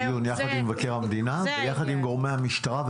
נעשה דיון יחד עם מבקר המדינה ויחד עם גורמי המשטרה,